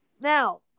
Now